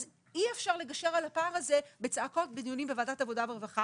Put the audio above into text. אז אי אפשר לגשר על הפער הזה בצעקות בדיונים בוועדת העבודה והרווחה